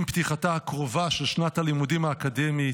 עם פתיחתה הקרובה של שנת הלימודים האקדמית,